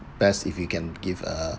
best if you can give a